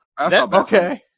Okay